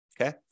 okay